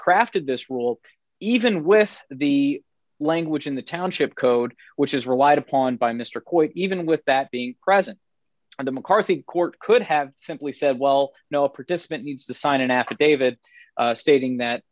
crafted this rule even with the language in the township code which is relied upon by mr quinn even with that be present on the mccarthy court could have simply said well no a participant needs to sign an affidavit stating that